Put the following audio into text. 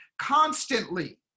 constantly